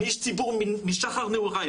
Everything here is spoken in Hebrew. אני איש ציבור משחר נעוריי,